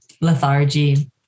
lethargy